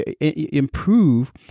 improve